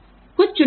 कुछ चुनौतियाँ